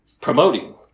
promoting